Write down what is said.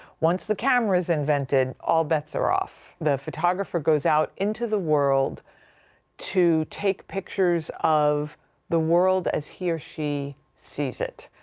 once the camera is invented, all bets are off. the photographer goes out into the world to take pictures of the world as he or she sees it,